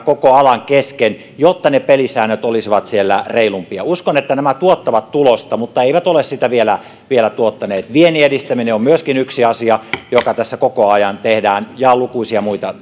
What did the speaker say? koko alan kesken jotta ne pelisäännöt olisivat siellä reilumpia uskon että nämä tuottavat tulosta mutta eivät ole sitä vielä vielä tuottaneet viennin edistäminen on myöskin yksi asia jota tässä koko ajan tehdään ja lukuisia muita